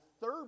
third